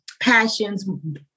passions